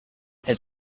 his